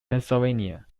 pennsylvania